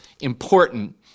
important